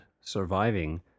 surviving